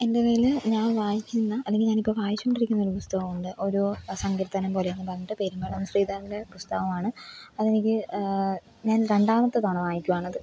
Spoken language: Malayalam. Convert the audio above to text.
എൻ്റെ കയ്യില് ഞാൻ വായിക്കുന്ന അല്ലെങ്കില് ഞാനിപ്പോള് വായിച്ചുകൊണ്ടിരിക്കുന്ന ഒരു പുസ്തകമുണ്ട് ഒരു സങ്കീർത്തനം പോലെ എന്നും പറഞ്ഞിട്ട് പെരുമ്പടവം ശ്രീധരൻ്റെ പുസ്തകമാണ് അതെനിക്ക് ഞാൻ രണ്ടാമത്തെ തവണ വായിക്കുകയാണത്